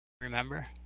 remember